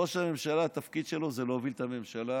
ראש הממשלה, התפקיד שלו הוא להוביל את הממשלה.